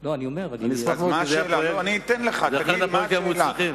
אני אתן לך, תגיד מה השאלה.